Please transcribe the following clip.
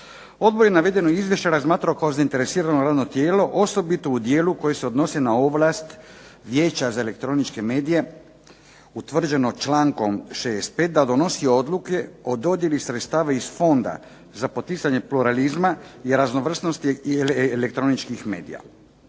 Ovo je navedeno Izvješće razmatrao kao zainteresirano radno tijelo osobito u dijelu koje se odnosi na ovlast Vijeća za elektroničke medije utvrđeno člankom 65. a donosi odluke o dodjeli sredstava iz Fonda za poticanje pluralizma i raznovrsnosti elektroničkih medija.